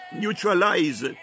neutralize